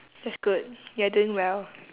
that's good you're doing well